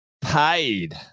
paid